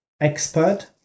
expert